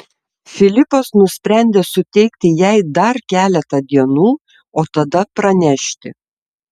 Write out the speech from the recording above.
filipas nusprendė suteikti jai dar keletą dienų o tada pranešti